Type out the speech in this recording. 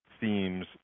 themes